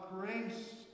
grace